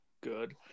good